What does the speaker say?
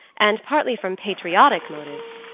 and partly from patriotic motives,